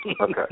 okay